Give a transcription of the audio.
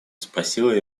спросила